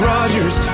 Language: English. Rogers